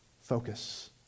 focus